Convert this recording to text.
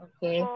Okay